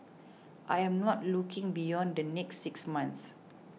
I am not looking beyond the next six months